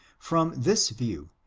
from this view,